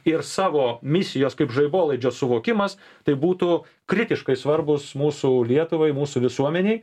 ir savo misijos kaip žaibolaidžio suvokimas tai būtų kritiškai svarbūs mūsų lietuvai mūsų visuomenei